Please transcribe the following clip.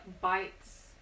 bites